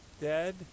Dead